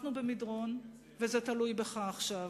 אנחנו במדרון, וזה תלוי בך עכשיו.